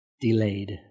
delayed